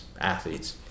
athletes